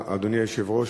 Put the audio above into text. אדוני היושב-ראש,